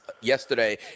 yesterday